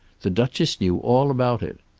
the duchess knew all about it.